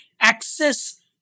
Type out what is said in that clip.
access